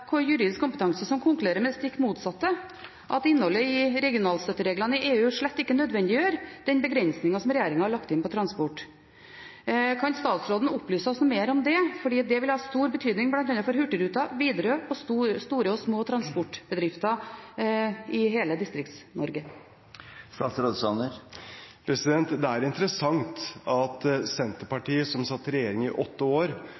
juridisk kompetanse som konkluderer med det stikk motsatte, at innholdet i regionalstøttereglene i EU slett ikke nødvendiggjør den begrensningen som regjeringen har lagt inn på transport. Kan statsråden opplyse oss noe mer om det? Det vil ha stor betydning bl.a. for Hurtigruten, Widerøe og store og små transportbedrifter i hele Distrikts-Norge. Det er interessant at Senterpartiet, som satt i regjering i åtte år,